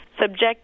subject